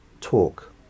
talk